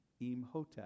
Imhotep